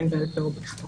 בין בעל פה או בכתב.